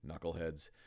knuckleheads